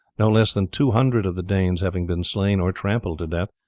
no less than two hundred of the danes having been slain or trampled to death,